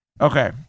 Okay